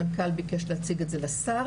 המנכ"ל ביקש להציג את זה לשר